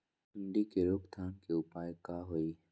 सूंडी के रोक थाम के उपाय का होई?